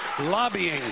lobbying